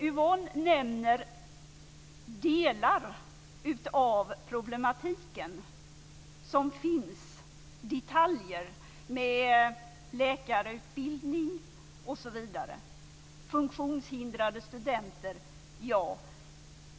Yvonne Andersson nämner delar av den problematik som finns, detaljer som läkarutbildning, funktionshindrade studenter osv.